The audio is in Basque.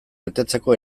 betetzeko